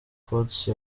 götze